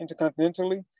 intercontinentally